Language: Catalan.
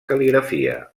cal·ligrafia